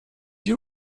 you